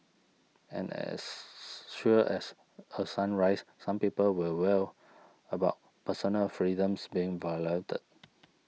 and as sure as a sunrise some people will wail about personal freedoms being violated